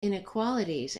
inequalities